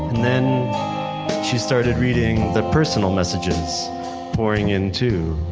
then she started reading the personal messages pouring in too